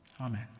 Amen